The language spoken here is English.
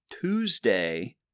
Tuesday